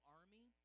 army